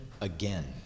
again